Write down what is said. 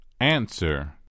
answer